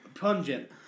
pungent